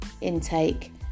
intake